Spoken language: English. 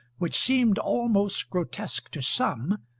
which seemed almost grotesque to some,